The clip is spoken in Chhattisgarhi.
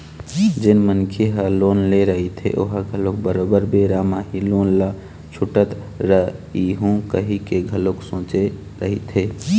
जेन मनखे ह लोन ले रहिथे ओहा घलोक बरोबर बेरा म ही लोन ल छूटत रइहूँ कहिके घलोक सोचे रहिथे